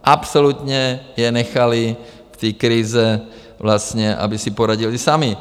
Absolutně je nechali v té krizi vlastně aby si poradili sami.